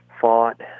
fought